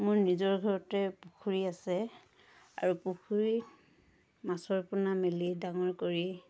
মোৰ নিজৰ ঘৰতে পুখুৰী আছে আৰু পুখুৰীত মাছৰ পোনা মেলি ডাঙৰ কৰি